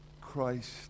christ